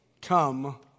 come